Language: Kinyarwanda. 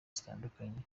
zitandukanye